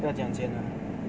不要讲钱 ah